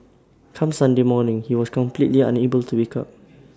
come Sunday morning he was completely unable to wake up